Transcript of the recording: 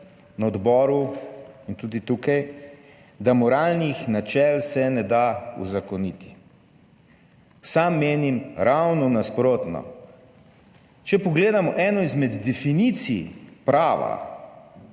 na odboru in tudi tukaj, da moralnih načel se ne da uzakoniti, sam menim ravno nasprotno. Če pogledamo eno izmed definicij prava